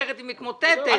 אחרת היא מתמוטטת.